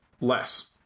less